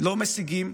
לא משיגים